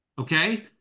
Okay